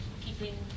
keeping